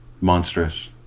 monstrous